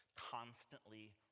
constantly